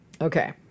Okay